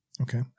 Okay